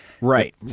Right